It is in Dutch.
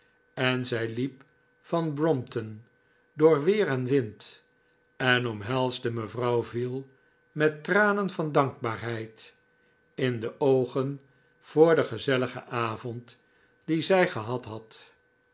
en zij liep van brompton door weer en wind en omhelsde mevrouw veal met tranen van dankbaarheid in de oogen voor den gezelligen avond dien zij gehad had